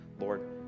Lord